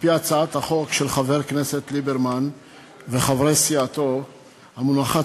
הצעת החוק של חבר הכנסת ליברמן וחברי סיעתו המונחת